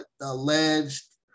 alleged